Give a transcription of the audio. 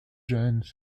jeunes